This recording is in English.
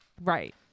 right